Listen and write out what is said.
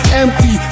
empty